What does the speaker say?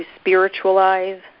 spiritualize